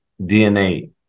DNA